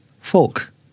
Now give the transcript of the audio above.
fork